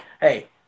hey